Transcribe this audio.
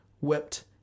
whipped